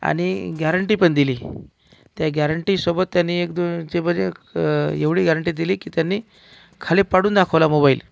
आणि ग्यारंटी पण दिली त्या ग्यारंटीसोबत त्याने एक दोनची म्हणजे एवढी ग्यारंटी दिली की त्यांनी खाली पाडून दाखवला मोबाईल